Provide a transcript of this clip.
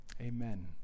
Amen